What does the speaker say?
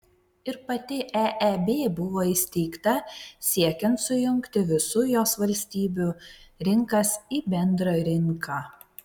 ir pati eeb buvo įsteigta siekiant sujungti visų jos valstybių rinkas į bendrą rinką